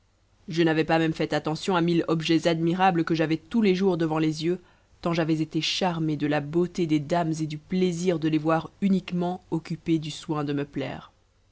je n'avais pas même fait attention à mille objets admirables que j'avais tous les jours devant les yeux tant j'avais été charmé de la beauté des dames et du plaisir de les voir uniquement occupées du soin de me plaire